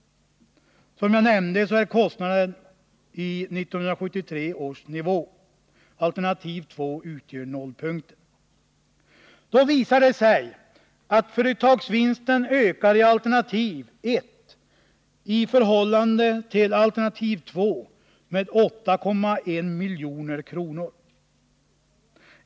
Som jag nämnde är kostnaderna baserade på 1973 års nivå. Alternativ 2 utgör nollpunkten. Vid denna jämförelse visar det sig att företagsvinsten ökar i alternativ 1 i förhållande till alternativ 2 med 8,1 milj.kr.